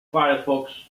firefox